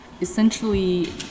essentially